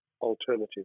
alternative